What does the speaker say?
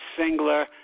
Singler